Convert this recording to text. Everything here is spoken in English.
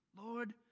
Lord